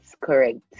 Correct